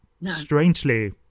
strangely